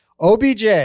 OBJ